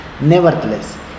Nevertheless